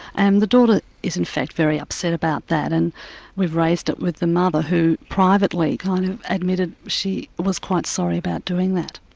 and the daughter is in fact very upset about that, and we've raised it with the mother who privately kind of admitted she was quite sorry about doing that.